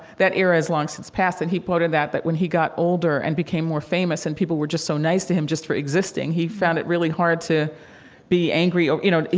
that era has long since passed, and he quoted that, that when he got older and became more famous and people were just so nice to him just for existing, he found it really hard to be angry, or, you know,